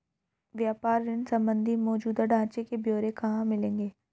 व्यापार ऋण संबंधी मौजूदा ढांचे के ब्यौरे कहाँ मिलेंगे?